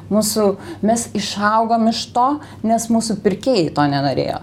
mūsų mes išaugom iš to nes mūsų pirkėjai to nenorėjo